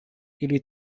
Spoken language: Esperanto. ili